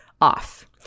off